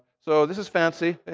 so this is fancy.